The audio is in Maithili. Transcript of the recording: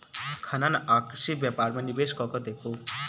खनन आ कृषि व्यापार मे निवेश कय के देखू